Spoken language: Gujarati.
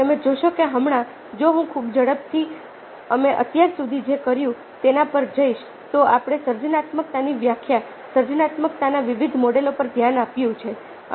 તેથી તમે જોશો કે હમણાં જો હું ખૂબ જ ઝડપથી અમે અત્યાર સુધી જે કર્યું છે તેના પર જઈશ તો આપણે સર્જનાત્મકતાની વ્યાખ્યા સર્જનાત્મકતાના વિવિધ મોડેલો પર ધ્યાન આપ્યું છે